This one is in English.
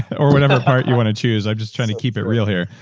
or whatever part you want to choose. i'm just trying to keep it real here.